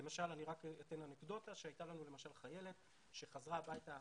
לדוגמה, הייתה לנו חיילת שחזרה הביתה